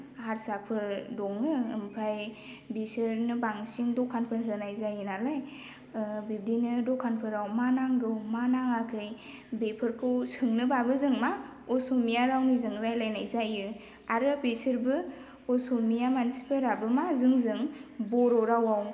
हारसाफोर दङो ओमफ्राय बिसोरनो बांसिन दखानफोर होनाय जायो नालाय बिदिनो दखानफोराव मा नांगौ मा नाङाखै बेफोरखौ सोंनोबाबो जोङो मा असमिया रावनिजों रायलायनाय जायो आरो बेसोरबो असमिया मानसिफोराबो मा जोंजों बर' रावआव